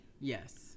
yes